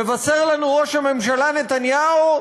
מבשר לנו ראש הממשלה נתניהו: